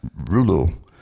Rulo